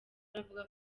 aravuga